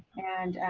and,